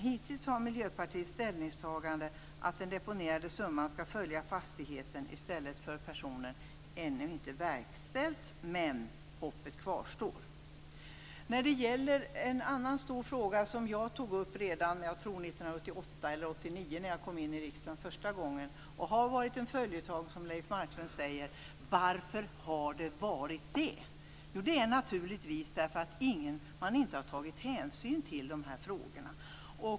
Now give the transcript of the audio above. Hittills har Miljöpartiets ställningstagande att den deponerade summan skall följa fastigheten i stället för personen inte verkställts, men hoppet kvarstår. Jag tog upp en annan stor fråga redan 1988 eller 1989 när jag kom in i riksdagen första gången. Den har varit en följetong, som Leif Marklund säger. Varför har den varit det? Jo, det är naturligtvis därför att man inte har tagit hänsyn till dessa frågor.